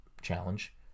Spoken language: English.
challenge